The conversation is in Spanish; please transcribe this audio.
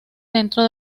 dentro